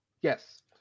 Yes